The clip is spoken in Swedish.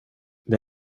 det